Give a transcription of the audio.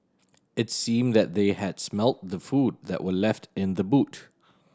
it seemed that they had smelt the food that were left in the boot